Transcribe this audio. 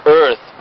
earth